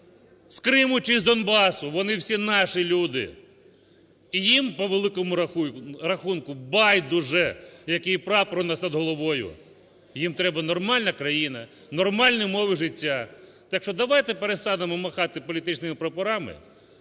з Криму чи з Донбасу, вони всі наші люди, і їм по великому рахунку байдуже, який прапор у нас над головою. Їм треба нормальна раїна, нормальні умови життя. Так що давайте перестанемо махати політичними прапорами,